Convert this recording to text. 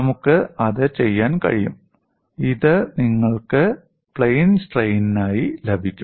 നമുക്ക് അത് ചെയ്യാൻ കഴിയും ഇത് നിങ്ങൾക്ക് പ്ലെയിൻ സ്ട്രെയ്നിനായി ലഭിക്കും